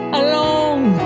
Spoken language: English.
alone